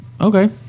Okay